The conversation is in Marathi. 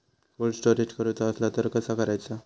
कोल्ड स्टोरेज करूचा असला तर कसा करायचा?